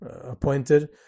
appointed